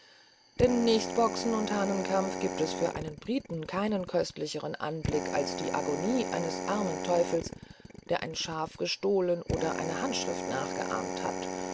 denn nächst boxen und hahnenkampf gibt es für einen briten keinen köstlicheren anblick als die agonie eines armen teufels der ein schaf gestohlen oder eine handschrift nachgeahmt hat